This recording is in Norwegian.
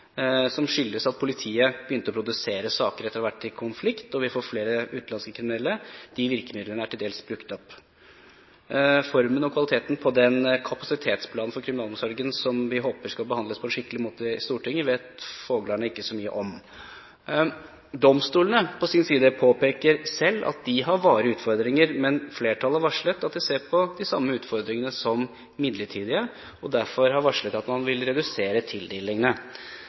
som skyldes at politiet har begynt å produsere saker etter en konflikt, og at vi får flere utenlandske kriminelle, er til dels brukt opp. Formen og kvaliteten på den kapasitetsplanen for kriminalomsorgen som vi håper skal behandles på en skikkelig måte i Stortinget, vet «fåglarna» ikke så mye om. Domstolene på sin side påpeker at de har varige utfordringer, men flertallet varslet at de ser på de samme utfordringene som midlertidige, og derfor har varslet at man vil redusere tildelingene.